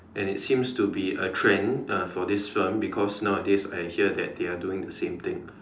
and it seems to be a trend uh for this firm because nowadays I hear that they are doing the same thing